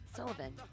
Sullivan